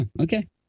Okay